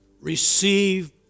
receive